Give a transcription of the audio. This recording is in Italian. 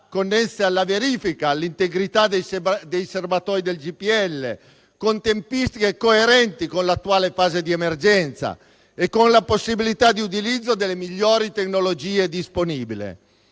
connesse alla verifica dell'integrità dei serbatoi del GPL, con tempistiche coerenti con l'attuale fase di emergenza e con la possibilità di utilizzo delle migliori tecnologie disponibili.